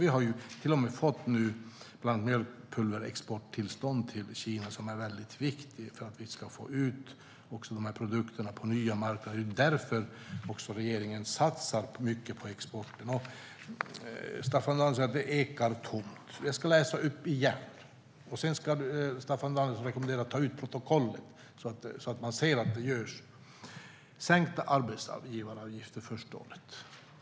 Vi har nu till och med fått bland annat mjölkpulverexporttillstånd till Kina. Det är väldigt viktigt för att vi ska få ut produkterna på nya marknader. Det är därför regeringen satsar mycket på exporten. Staffan Danielsson säger att det ekar tomt. Jag ska läsa upp det igen. Jag rekommenderar Staffan Danielsson att sedan läsa protokollet för att se vad som görs. Det är sänkta arbetsgivaravgifter det första året.